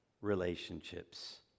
relationships